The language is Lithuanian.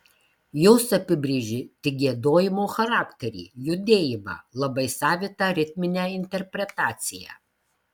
jos apibrėžė tik giedojimo charakterį judėjimą labai savitą ritminę interpretaciją